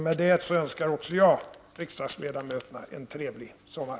Med detta önskar även jag riksdagsledamöterna en trevlig sommar.